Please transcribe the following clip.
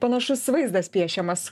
panašus vaizdas piešiamas